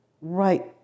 right